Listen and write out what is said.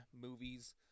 movies